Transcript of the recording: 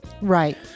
Right